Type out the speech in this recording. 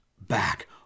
back